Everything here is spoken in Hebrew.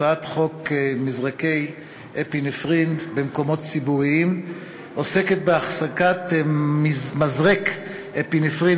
הצעת חוק מזרקי אפינפרין במקומות ציבוריים עוסקת בהחזקת מזרק אפינפרין